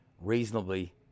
reasonably